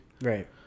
Right